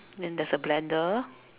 then there's a blender